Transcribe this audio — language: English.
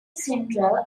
central